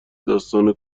داستان